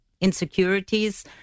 insecurities